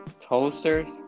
toasters